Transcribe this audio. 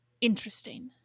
interesting